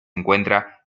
encuentra